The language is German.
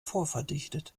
vorverdichtet